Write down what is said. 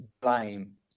blame